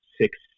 six